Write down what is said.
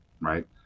right